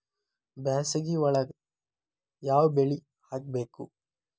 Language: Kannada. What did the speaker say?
ಬ್ಯಾಸಗಿ ಒಳಗ ಯಾವ ಬೆಳಿ ಹಾಕಬೇಕು?